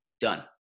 Done